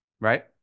right